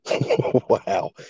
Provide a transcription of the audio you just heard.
wow